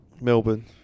Melbourne